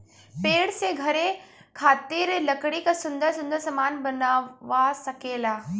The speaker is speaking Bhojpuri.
पेड़ से घरे खातिर लकड़ी क सुन्दर सुन्दर सामन बनवा सकेला